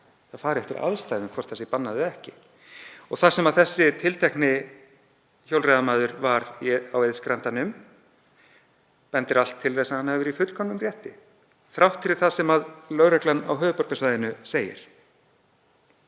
Það fari eftir aðstæðum hvort það sé bannað eða ekki. Og þar sem þessi tiltekni hjólreiðamaður var á Eiðsgrandanum bendir allt til þess að hann hafi verið í fullkomnum rétti þrátt fyrir það sem lögreglan á höfuðborgarsvæðinu segir.